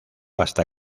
hasta